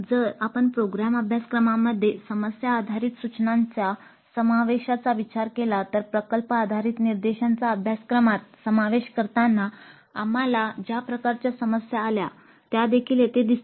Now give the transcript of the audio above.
जर आपण प्रोग्राम अभ्यासक्रमामध्ये समस्या आधारित सूचनांच्या समावेशाचा विचार केला तर प्रकल्प आधारित निर्देशांचा अभ्यासक्रमात समावेश करताना आम्हाला ज्या प्रकारच्या समस्या आल्या त्यादेखील येथे दिसतील